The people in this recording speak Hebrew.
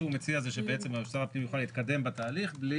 הוא מציע ששר הפנים יוכל להתקדם בתהליך בלי